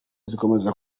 zikomeza